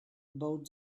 about